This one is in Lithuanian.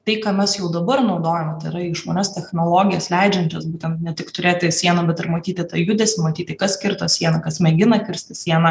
tai ką mes jau dabar naudojam tai yra išmanias technologijas leidžiančias būtent ne tik turėti sieną bet ir matyti tą judesį matyti kas kirto sieną kas mėgina kirsti sieną